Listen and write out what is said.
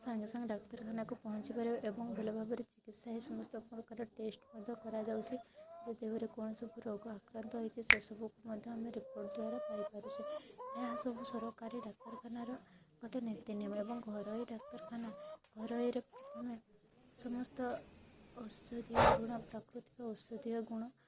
ସାଙ୍ଗେ ସାଙ୍ଗେ ଡାକ୍ତରଖାନାକୁ ପହଞ୍ଚିପାରିବ ଏବଂ ଭଲଭାବରେ ଚିକିତ୍ସା ହେଇ ସମସ୍ତ ପ୍ରକାର ଟେଷ୍ଟ୍ ମଧ୍ୟ କରାଯାଉଛି ଯେ ଦେହରେ କୌଣସି ରୋଗ ଆକ୍ରାନ୍ତ ହେଇଛି ସେସବୁକୁ ମଧ୍ୟ ଆମେ ରିପୋର୍ଟ୍ ଦ୍ୱାରା ପାଇପାରୁଛେ ଏହା ସବୁ ସରକାରୀ ଡ଼ାକ୍ତରଖାନାର ଗୋଟେ ନୀତିନିୟମ ଏବଂ ଘରୋଇ ଡାକ୍ତରଖାନା ଘରୋଇରେ ପ୍ରଥମେ ସମସ୍ତ ଔଷଧୀୟ ଗୁଣ ପ୍ରାକୃତିକ ଔଷଧୀୟ ଗୁଣ